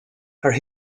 her